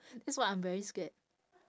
that's what I'm very scared